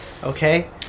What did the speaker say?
Okay